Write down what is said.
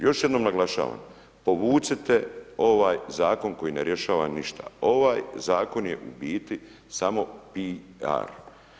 Još jednom naglašavam, povucite ovaj Zakon koji ne rješava ništa, ovaj Zakon je u biti samo piar.